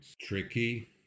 tricky